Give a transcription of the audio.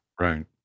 Right